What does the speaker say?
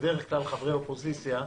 בדרך כלל חברי אופוזיציה,